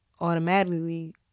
automatically